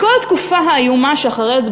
בכל התקופה האיומה שאחרי זה,